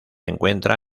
encuentra